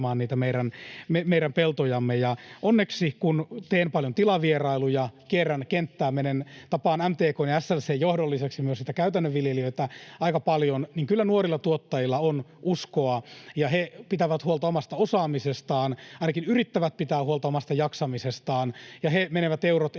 meidän peltojamme. Ja onneksi, kun teen paljon tilavierailuja, kierrän kenttää, tapaan MTK:n ja SLC:n johdon lisäksi myös niitä käytännön viljelijöitä aika paljon, niin kyllä nuorilla tuottajilla on uskoa ja he pitävät huolta omasta osaamisestaan, ainakin yrittävät pitää huolta omasta jaksamisestaan, ja he menevät eurot